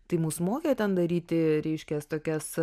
tai mus mokė ten daryti reiškias tokias